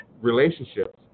relationships